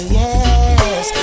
yes